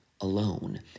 alone